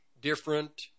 different